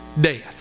death